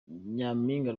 nyaminga